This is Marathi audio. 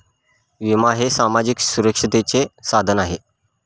विमा हे सामाजिक सुरक्षिततेचे साधन आहे